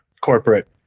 Corporate